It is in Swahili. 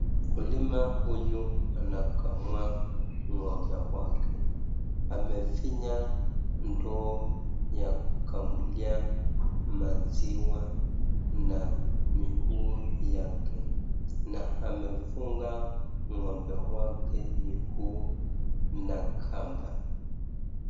Mkulima huyu anakamua ng'ombe wake. Amefinya ndoo ya kukamulia maziwa na miguu yake na amefunga ng'ombe wake miguu na kamba.